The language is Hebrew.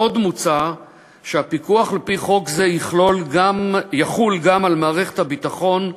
עוד מוצע שהפיקוח על-פי חוק זה יחול גם על מערכת הביטחון,